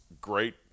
Great